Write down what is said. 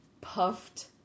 puffed